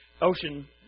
ocean